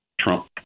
Trump